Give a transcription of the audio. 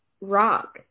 rock